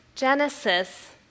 Genesis